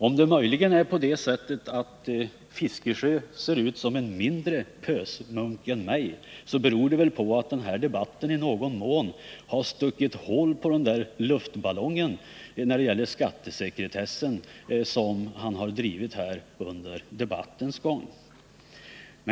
Om det möjligen är så att Bertil Fiskesjö ser ut som en mindre pösmunk än jag beror det på att denna debatt i någon mån stuckit hål på luftballongen när det gäller skattesekretessen som han har försvarat under debattens gång.